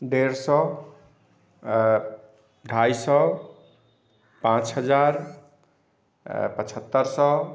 डेढ़ सए ढाइ सए पाँच हजार पचहत्तरि सए